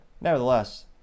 nevertheless